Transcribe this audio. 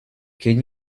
can